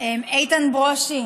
איתן ברושי,